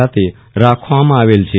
ખાતે રાખવામાં આવેલ છે